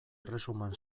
erresuman